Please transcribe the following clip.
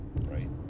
right